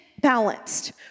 balanced